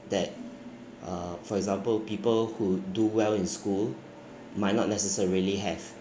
that uh for example people who do well in school might not necessarily have